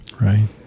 Right